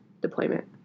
deployment